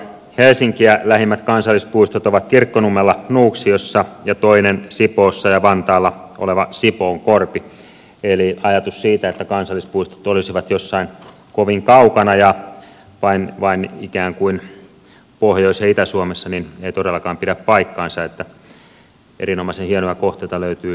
helsinkiä lähimmät kansallispuistot ovat kirkkonummella nuuksiossa ja toinen sipoossa ja vantaalla oleva sipoonkorpi eli ajatus siitä että kansallispuistot olisivat jossain kovin kaukana ja vain ikään kuin pohjois ja itä suomessa ei todellakaan pidä paikkaansa eli erinomaisen hienoja kohteita löytyy läheltä pääkaupunkiseutuakin